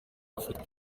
afurika